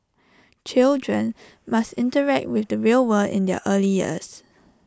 children must interact with the real world in their early years